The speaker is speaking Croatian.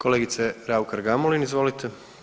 Kolegice Raukar Gamulin, izvolite.